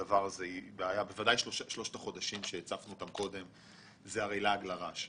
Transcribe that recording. בוודאי ששלושת החודשים שהצפנו קודם זה לעג לרש.